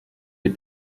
les